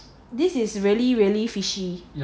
this is really really fishy